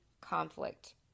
conflict